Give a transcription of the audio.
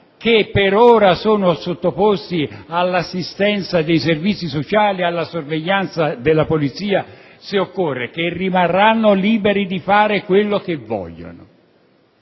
che per ora sono sottoposti all'assistenza dei servizi sociali e alla sorveglianza della polizia, se occorre, ma che rimarranno liberi di fare quello che vogliono.